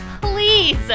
please